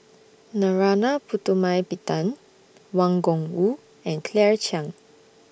Narana Putumaippittan Wang Gungwu and Claire Chiang